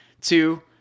two